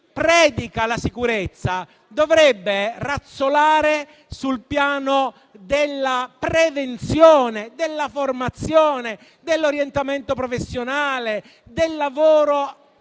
la sicurezza dovrebbe razzolare sul piano della prevenzione, della formazione, dell'orientamento professionale, del lavoro